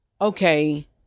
okay